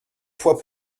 fois